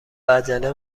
عجله